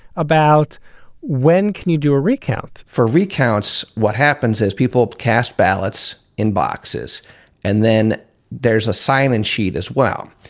about when can you do a recount for recounts? what happens is people cast ballots in boxes and then there's a sign in sheet as well.